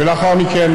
ולאחר מכן,